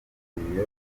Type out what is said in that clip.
yitabiriye